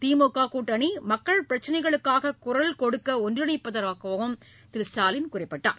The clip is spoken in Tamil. திமுக கூட்டணி மக்கள் பிரச்னைகளுக்காக குரல் கொடுக்க ஒன்றிணைந்திருப்பதாகவும் திரு ஸ்டாலின் குறிப்பிட்டார்